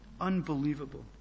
unbelievable